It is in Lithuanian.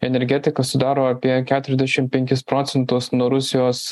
energetika sudaro apie keturiasdešim penkis procentus nuo rusijos